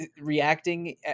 reacting